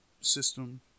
system